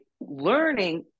learning